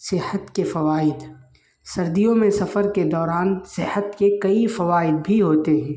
صحت کے فوائد سردیوں میں سفر کے دوران صحت کے کئی فوائد بھی ہوتے ہیں